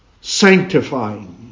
sanctifying